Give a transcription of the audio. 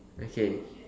okay